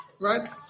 right